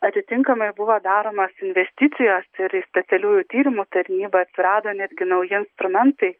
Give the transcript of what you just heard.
atitinkamai buvo daromos investicijos ir specialiųjų tyrimų tarnyba atsirado netgi nauji instrumentai